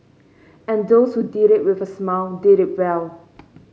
and those who did it with a smile did it well